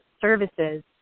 services